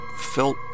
felt